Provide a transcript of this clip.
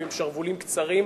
הם עם שרוולים קצרים.